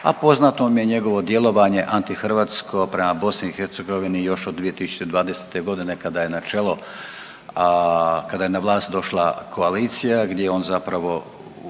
a poznato vam je njegovo djelovanje antihrvatsko prema BiH još od 2020.g. kada je na čelo, kada je na vlast došla koalicija gdje je on zapravo upravo